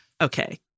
Okay